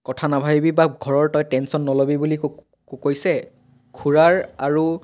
কথা নাভাবিবি বা ঘৰৰ তই টেনচন নল'বি বুলি কৈছে খুৰাৰ আৰু